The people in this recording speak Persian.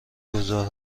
گذار